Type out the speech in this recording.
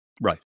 Right